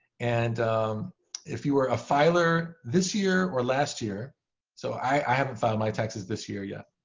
and if you were a filer this year or last year so i haven't filed my taxes this year yet.